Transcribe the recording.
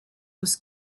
was